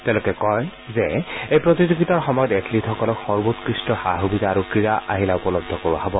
তেওঁলোকে কয় যে এই প্ৰতিযোগিতাৰ সময়ত এথলিটসকলক সৰ্বোৎকৃষ্ট বুনিয়াদী সা সুবিধা আৰু ক্ৰীড়া আহিলা উপলব্ধ কৰোৱা হ'ব